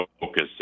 focus